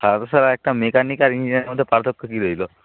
তা একটা মেকানিক আর ইঞ্জিনিয়ারের মধ্যে পার্থক্য কী রইল